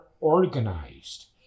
organized